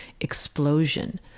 explosion